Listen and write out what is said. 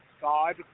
God